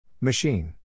Machine